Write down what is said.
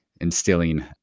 instilling